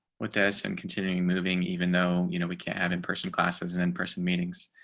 with this and continuing moving even though you know we can't have in person classes and in person meetings.